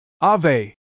Ave